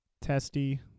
testy